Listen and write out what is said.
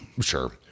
Sure